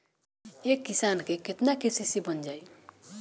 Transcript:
एक किसान के केतना के.सी.सी बन जाइ?